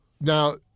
now